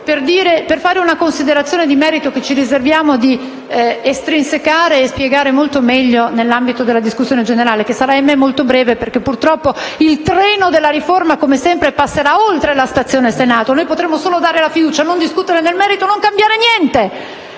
per fare una considerazione di merito che ci riserviamo di estrinsecare e spiegare molto meglio nell'ambito della discussione generale, che sarà - ahimè - molto breve, perché purtroppo il treno della riforma come sempre passerà oltre la stazione Senato, e noi potremo dare solo la fiducia, non discutere nel merito e non cambiare niente: